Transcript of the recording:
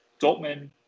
Dortmund